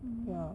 mm